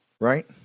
Right